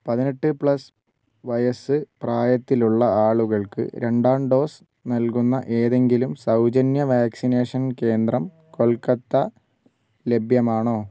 പതിനെട്ട് പ്ലസ് വയസ്സ് പ്രായത്തിലുള്ള ആളുകൾക്ക് രണ്ടാം ഡോസ് നൽകുന്ന ഏതെങ്കിലും സൗജന്യ വാക്സിനേഷൻ കേന്ദ്രം കൊൽക്കത്ത ലഭ്യമാണോ